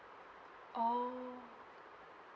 orh